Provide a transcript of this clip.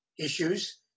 issues